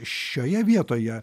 šioje vietoje